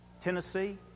Tennessee